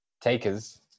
Takers